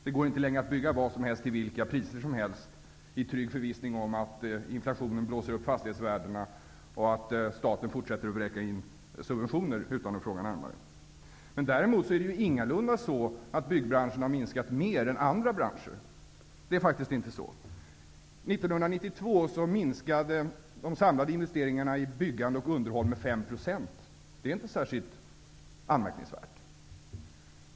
Det går inte längre att bygga vad som helst till vilket pris som helst, i trygg förvissning om att inflationen blåser upp fastighetsvärdena och staten fortsätter att vräka ut subventioner. Däremot är det ingalunda så att byggbranschen har minskat mer än andra branscher. 1992 minskade de samlade investeringarna i byggande och underhåll med 5 %. Det är inte särskilt anmärkningsvärt.